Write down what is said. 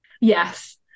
Yes